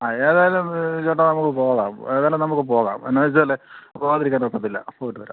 ആ ഏതായാലും ചേട്ടാ നമുക്ക് പോകാം ഏതായാലും നമുക്ക് പോകാം എന്താ വെച്ചാലേ പോവാതിരിക്കാനൊക്കത്തില്ല പോയിട്ട് വരാം